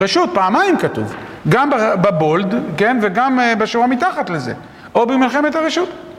רשות פעמיים כתוב, גם בבולד וגם בשורה מתחת לזה או במלחמת הרשות